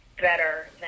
better